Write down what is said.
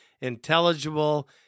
intelligible